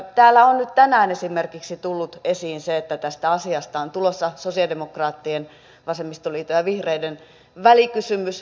täällä on nyt tänään esimerkiksi tullut esiin se että tästä asiasta on tulossa sosialidemokraattien vasemmistoliiton ja vihreiden välikysymys